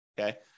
Okay